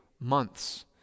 months